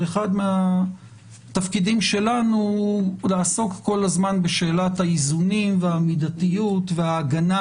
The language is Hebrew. אחד מהתפקידים שלנו הוא לעסוק כל הזמן בשאלת האיזונים והמידתיות וההגנה